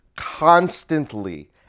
constantly